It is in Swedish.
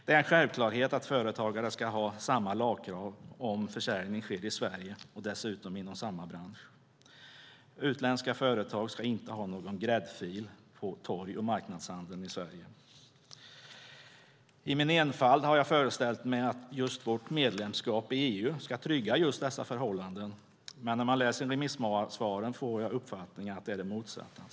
Det är en självklarhet att företagare ska ha samma lagkrav om försäljning sker i Sverige och dessutom inom samma bransch. Utländska företag ska inte ha någon gräddfil i torg och marknadshandeln i Sverige. I min enfald har jag föreställt mig att vårt medlemskap i EU ska trygga just dessa förhållanden, men när jag läser remissvaren får jag uppfattningen att det är det motsatta.